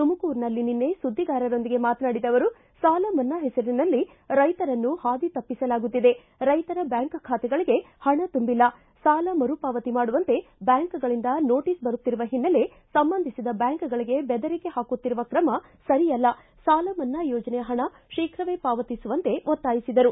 ತುಮಕೂರಿನಲ್ಲಿ ನಿನ್ನೆ ಸುದ್ದಿಗಾರದೊಂದಿಗೆ ಮಾತನಾಡಿದ ಅವರು ಸಾಲಮನ್ನಾ ಹೆಸರಿನಲ್ಲಿ ರೈತರನ್ನು ಹಾದಿ ತಬ್ಬಿಸಲಾಗುತ್ತಿದೆ ಕೈತರ ಬ್ಯಾಂಕ್ ಬಾತೆಗಳಿಗೆ ಹಣ ತುಂಬಿಲ್ಲ ಸಾಲ ಮರುಪಾವತಿ ಮಾಡುವಂತೆ ಬ್ಡಾಂಕ್ಗಳಿಂದ ನೋಟಿಸ್ ಬರುತ್ತಿರುವ ಹಿನ್ನೆಲೆ ಸಂಬಂಧಿಸಿದ ಬ್ಡಾಂಕ್ಗಳಿಗೆ ಬೆದರಿಕೆ ಹಾಕುತ್ತಿರುವ ಕ್ರಮ ಸರಿಯಲ್ಲ ಸಾಲಮನ್ನಾ ಯೋಜನೆಯ ಹಣ ಶೀಘವೇ ಪಾವತಿಸುವಂತೆ ಒತ್ತಾಯಿಸಿದರು